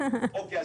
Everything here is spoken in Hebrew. אוקיי,